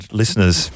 listeners